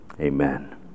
Amen